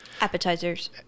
appetizers